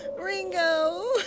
Ringo